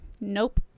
Nope